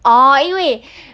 orh 因为